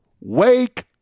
Wake